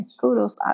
kudos